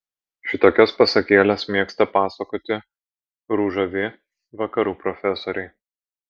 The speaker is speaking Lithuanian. šitokias pasakėles mėgsta pasakoti ružavi vakarų profesoriai